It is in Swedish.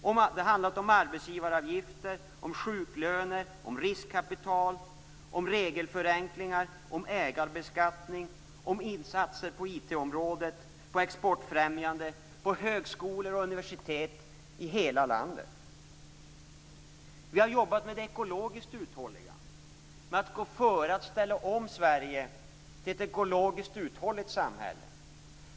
Det har handlat om arbetsgivaravgifter, om sjuklöner, om riskkapital, om regelförenklingar, om ägarbeskattning, om insatser på IT-området och om exportfrämjande åtgärder. Det har också handlat om högskolor och universitet i hela landet. Vi har jobbat med det ekologiskt uthålliga, med att gå före och ställa om Sverige till ett ekologiska uthålligt samhälle.